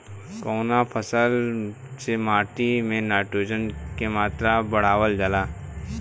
कवना फसल से माटी में नाइट्रोजन के मात्रा बढ़ावल जाला?